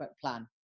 plan